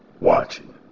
Watching